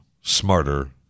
smarter